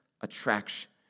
attraction